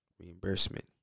reimbursement